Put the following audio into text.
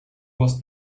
was